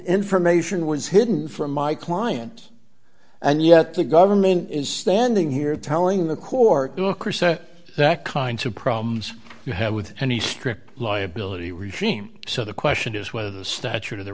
information was hidden from my client and yet the government is standing here telling the court that kinds of problems you have with any strip liability regime so the question is whether the statute of the